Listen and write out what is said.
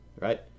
Right